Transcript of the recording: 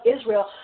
Israel